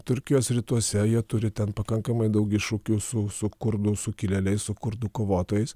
turkijos rytuose jie turi ten pakankamai daug iššūkių su su kurdų sukilėliais su kurdų kovotojais